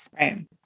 Right